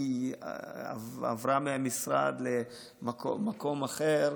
היא עברה מהמשרד למקום אחר,